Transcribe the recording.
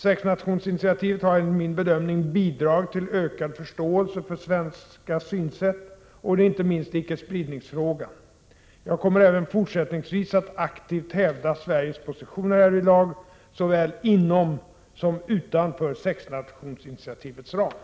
Sexnationsinitiativet har, enligt min bedömning, bidragit till ökad förståelse för svenska synsätt, och då inte minst i icke-spridningsfrågan. Jag kommer även fortsättningsvis att aktivt hävda Sveriges positioner härvidlag, såväl inom som utanför sexnationsinitiativets ram.